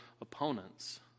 opponents